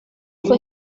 fue